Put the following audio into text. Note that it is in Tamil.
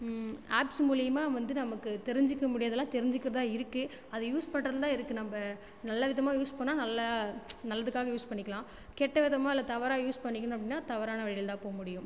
ஆப்ஸ் மூலியமாக வந்து நமக்கு தெரிஞ்சிக்க முடியாததுலாம் தெரிஞ்சிக்கிறதாக இருக்கு அதை யூஸ் பண்ணுறதுல தான் இருக்கு நம்ப நல்ல விதமாக யூஸ் பண்ணால் நல்லா நல்லதுக்காக யூஸ் பண்ணிக்கலாம் கெட்ட விதமாக இல்லை தவறாக யூஸ் பண்ணிக்கினோம் அப்படினா தவறான வழியில தான் போகமுடியும்